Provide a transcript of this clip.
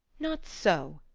not so,